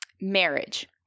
Marriage